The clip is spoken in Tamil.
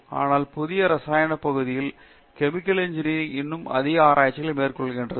எனவே இந்த புதிய இரசாயனப் பகுதிகள் கெமிக்கல் இன்ஜினியரிங் இன்னும் அதிக ஆராய்ச்சிகளை மேற்கொள்கிறது